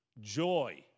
joy